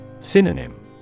Synonym